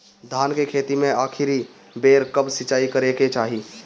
धान के खेती मे आखिरी बेर कब सिचाई करे के चाही?